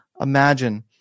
imagine